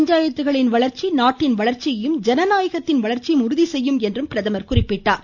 பஞ்சாயத்துக்களின் வளர்ச்சி நாட்டின் வளர்ச்சியையும் ஜனநாயகத்தின் வளர்ச்சியையும் உறுதிசெய்யும் என்றும் பிரதமர் கூறினார்